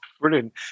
brilliant